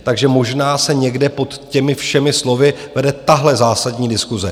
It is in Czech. Takže možná se někde pod těmi všemi slovy vede tahle zásadní diskuse.